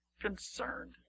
concerned